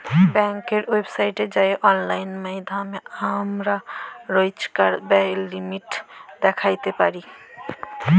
ব্যাংকের ওয়েবসাইটে যাঁয়ে অললাইল মাইধ্যমে আমরা রইজকার ব্যায়ের লিমিট দ্যাইখতে পারি